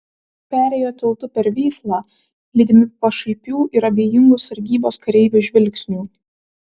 perėjo tiltu per vyslą lydimi pašaipių ir abejingų sargybos kareivių žvilgsnių